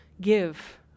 give